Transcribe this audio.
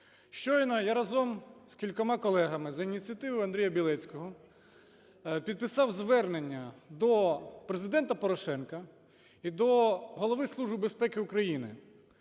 Щойно я разом з кількома колегами, за ініціативою Андрія Білецького, підписав звернення до Президента Порошенка і до Голови Служби безпеки України